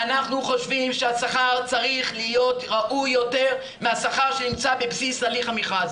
אנחנו חושבים שהשכר צריך להיות ראוי יותר מהשכר שנמצא בבסיס הליך המכרז,